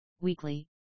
weekly